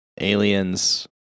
Aliens